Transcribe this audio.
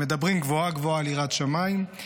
הם מדברים גבוהה-גבוהה על יראת שמיים,